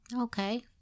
okay